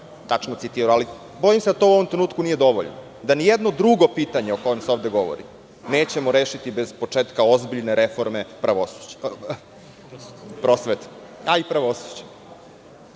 tačno citirao. Bojim se da to u ovom trenutku nije dovoljno da ni jedno drugo pitanje o kojem se ovde govori, nećemo rešiti bez početka ozbiljne reforme prosvete, a i pravosuđa